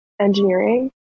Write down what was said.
engineering